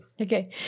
Okay